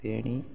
Theni